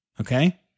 Okay